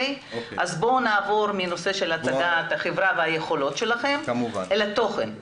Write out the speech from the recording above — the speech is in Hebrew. אז בוא נעבור מנושא הצגת החברה והיכולות שלכם אל התוכן.